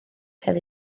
cael